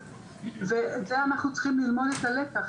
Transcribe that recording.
ואנחנו צריכים ללמוד את הלקח,